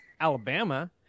Alabama